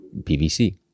pvc